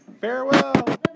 farewell